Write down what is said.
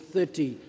Thirty